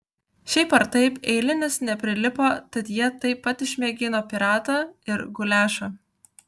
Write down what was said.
šiaip ar taip eilinis neprilipo tad jie taip pat išmėgino piratą ir guliašą